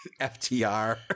FTR